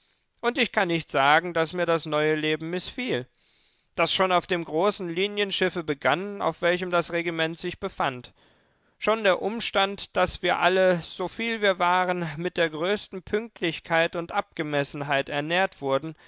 und ich kann nicht sagen daß mir das neue leben mißfiel das schon auf dem großen linienschiffe begann auf welchem das regiment sich befand schon der umstand daß wir alle so viel wir waren mit der größten pünktlichkeit und abgemessenheit ernährt wurden